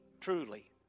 truly